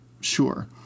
Sure